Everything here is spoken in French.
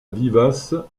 vivace